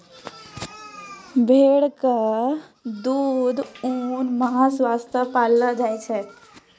भेड़ कॅ मुख्यतः दूध, ऊन, मांस वास्तॅ पाललो जाय छै